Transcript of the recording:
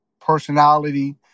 personality